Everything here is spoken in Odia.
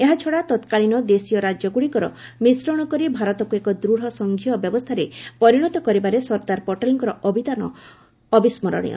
ଏହାଛଡ଼ା ତତ୍କାଳୀନ ଦେଶୀୟ ରାଜ୍ୟଗୁଡ଼ିକର ମିଶ୍ରଣ କରି ଭାରତକୁ ଏକ ଦୃଢ଼ ସଂଘୀୟ ବ୍ୟବସ୍ଥାରେ ପରିଣତ କରିବାରେ ସର୍ଦ୍ଦାର ପଟେଲ୍ଙ୍କ ଅବଦାନ ଅବିସ୍କରଣୀୟ